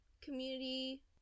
community